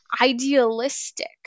idealistic